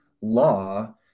law